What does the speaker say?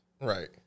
Right